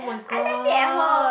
I left it at home